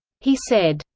he said.